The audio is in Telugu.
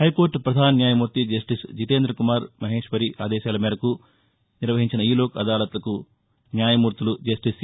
హైకోర్టు ప్రధాన న్యాయమూర్తి జస్టిస్ జితేంద్ర కుమార్ మహేశ్వరి ఆదేశాల మేరకు నిర్వహించిన ఈ లోక్ అదాలత్కు న్యాయమూర్తులు జస్టిస్ ఎ